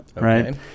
right